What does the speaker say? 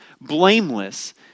blameless